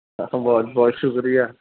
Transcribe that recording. بہت بہت شکریہ